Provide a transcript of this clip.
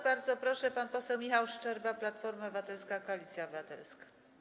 Bardzo proszę, pan poseł Michał Szczerba, Platforma Obywatelska - Koalicja Obywatelska.